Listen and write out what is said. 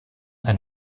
ein